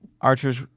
Archer's